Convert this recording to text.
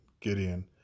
Gideon